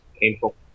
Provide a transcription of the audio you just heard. painful